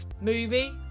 movie